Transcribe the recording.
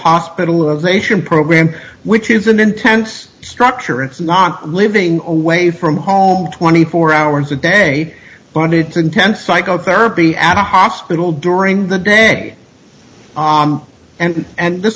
hospitalization program which is an intense structure it's not living away from home twenty four hours a day bonded to intense psychotherapy at a hospital during the day and and th